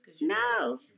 No